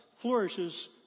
flourishes